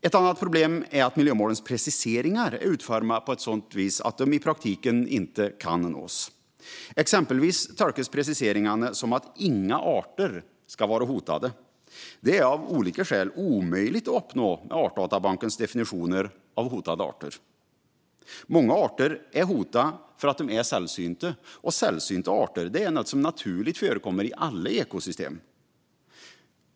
Ett annat problem är att miljömålens preciseringar är utformade på ett sådant sätt att de i praktiken inte kan nås. Exempelvis tolkas preciseringarna som att inga arter ska vara hotade. Det är av olika skäl omöjligt att uppnå med Artdatabankens definitioner av hotade arter. Många arter är hotade för att de är sällsynta, och sällsynta arter är något som naturligt förkommer i alla ekosystem.